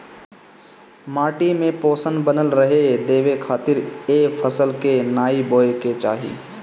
माटी में पोषण बनल रहे देवे खातिर ए फसल के नाइ बोए के चाही